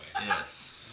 Yes